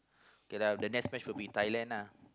kay lah the next match will be Thailand ah